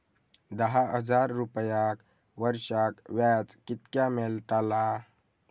दहा हजार रुपयांक वर्षाक व्याज कितक्या मेलताला?